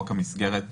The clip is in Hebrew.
חוק המסגרת,